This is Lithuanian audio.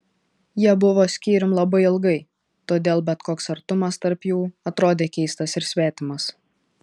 jie buvo skyrium labai ilgai todėl bet koks artumas tarp jų atrodė keistas ir svetimas